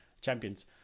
Champions